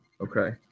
Okay